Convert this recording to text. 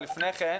אבל לפני כן,